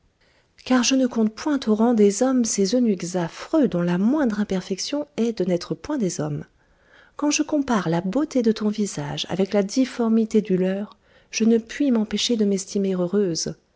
car je ne compte point au rang des hommes ces eunuques affreux dont la moindre imperfection est de n'être point des hommes quand je compare la beauté de ton visage avec la difformité du leur je ne puis m'empêcher de m'estimer heureuse